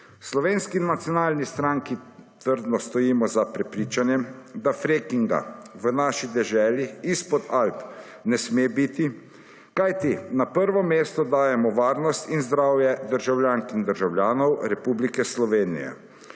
Slovenski nacionalni stranki trdno stojimo za prepričanjem, da freakinga v naši deželi izpod Alp ne sme biti, kajti na prvo mesto dajemo varnost in zdravje državljank in državljanov Republike Slovenije.